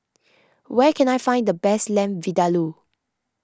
where can I find the best Lamb Vindaloo